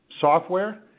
software